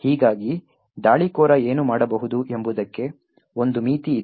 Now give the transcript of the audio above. ಹೀಗಾಗಿ ದಾಳಿಕೋರ ಏನು ಮಾಡಬಹುದು ಎಂಬುದಕ್ಕೆ ಒಂದು ಮಿತಿ ಇದೆ